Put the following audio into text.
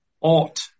ought